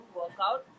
workout